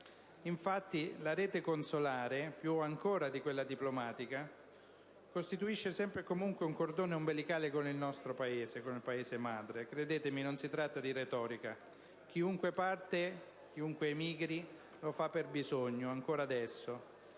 comunità. La rete consolare, infatti, ancor più di quella diplomatica, costituisce sempre e comunque un cordone ombelicale con il nostro Paese, il Paese madre. Credetemi, non si tratta di retorica: chiunque parta o emigri lo fa per bisogno, ancora adesso,